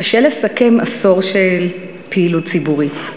קשה לסכם עשור של פעילות ציבורית.